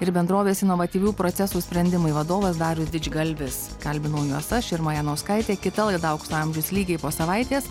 ir bendrovės inovatyvių procesų sprendimai vadovas darius didžgalvis kalbinau juos aš irma janauskaitė kita laida aukso amžius lygiai po savaitės